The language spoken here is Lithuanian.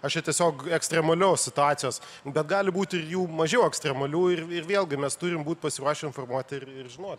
aš čia tiesiog ekstremalios situacijos bet gali būti ir jų mažiau ekstremalių ir ir vėlgi mes turim būt pasiruošę informuoti ir ir žinot